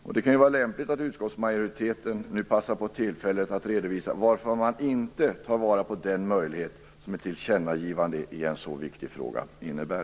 Det kan ju också vara lämpligt att utskottsmajoriteten nu passar på att redovisa varför man inte tar vara på den möjlighet som ett tillkännagivande i en så viktig fråga innebär.